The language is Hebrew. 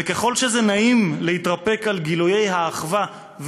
וככל שזה נעים להתרפק על גילויי האחווה,